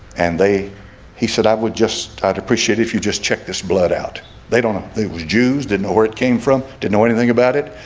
and they he said i would just appreciate if you just check this blood out they don't know they was jews. didn't know where it came from. didn't know anything about it.